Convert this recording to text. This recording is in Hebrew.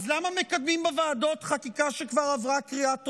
למה מקדמים בוועדות חקיקה שכבר עברה קריאה טרומית?